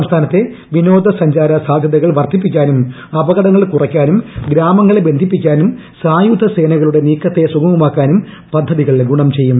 സംസ്ഥാനത്തെ വിനോദസഞ്ചാര സാദ്ധ്യതകൾ വർധിപ്പിക്കാനും അപകടങ്ങൾ കുറയ്ക്കാനും ഗ്രാമങ്ങളെ ബന്ധിപ്പിക്കാനും സായുധസേനകളുടെ നീക്കത്തെ സുഗമമാക്കാനും പദ്ധതികൾ ഗുണം ചെയ്യും